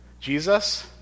Jesus